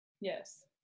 Yes